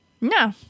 No